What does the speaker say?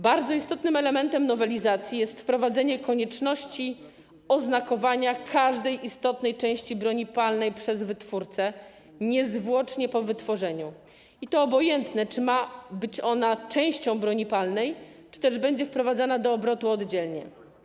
Bardzo istotnym elementem nowelizacji jest wprowadzenie konieczności oznakowania każdej istotnej części broni palnej przez wytwórcę niezwłocznie po wytworzeniu, i to obojętnie, czy ma być ona częścią broni palnej, czy też będzie wprowadzana do obrotu oddzielnie.